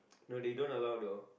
no they don't allow though